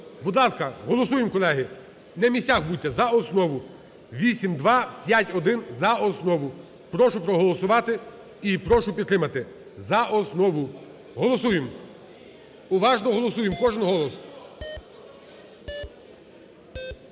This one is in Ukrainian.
Будь ласка, голосуємо, колеги, на місцях будьте, за основу 8251 за основу. Прошу проголосувати і прошу підтримати за основу, голосуємо, уважно голосуємо, кожен голос.